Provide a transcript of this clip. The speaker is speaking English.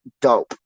dope